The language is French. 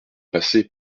passé